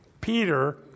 Peter